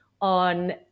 on